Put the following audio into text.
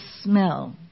smell